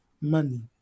money